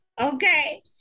Okay